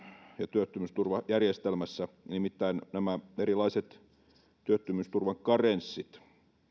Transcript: ja työttömyysturvajärjestelmässä nimittäin nämä erilaiset työttömyysturvan karenssit